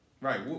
Right